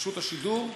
רשות השידור,